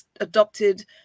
adopted